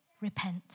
repent